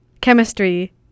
Chemistry